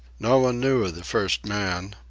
no one knew of the first man.